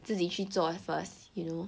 自己去做 first you know